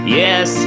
yes